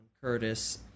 Curtis